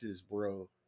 bro